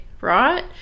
right